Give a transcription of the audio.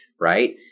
Right